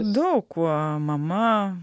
daug kuo mama